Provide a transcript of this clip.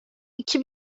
iki